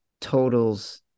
totals